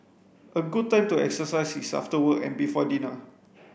a good time to exercise is after work and before dinner